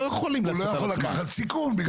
שלא יוכל לקחת סיכון.